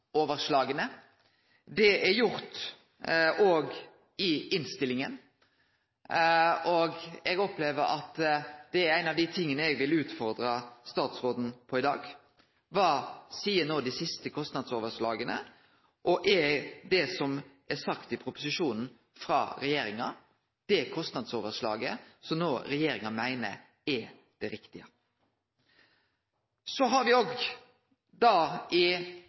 kostnadsoverslaga. Det er gjort òg i innstillinga, og det er ein av dei tinga eg vil utfordre statsråden på i dag. Kva seier no dei siste kostnadsoverslaga, og er det som er sagt i proposisjonen frå regjeringa, det kostnadsoverslaget som regjeringa no meiner er det riktige? Så har vi òg i